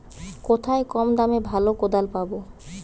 কোথায় কম দামে ভালো কোদাল পাব?